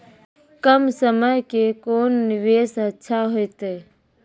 कम समय के कोंन निवेश अच्छा होइतै?